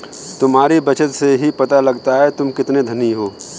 तुम्हारी बचत से ही पता लगता है तुम कितने धनी हो